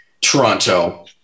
Toronto